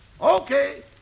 Okay